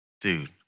dude